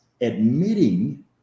admitting